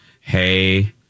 Hey